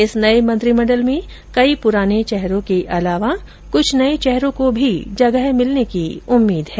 इस नए मंत्रिमंडल में कई पुराने चेहरों के अलावा कुछ नए चेहरों को भी जगह मिलने की उम्मीद है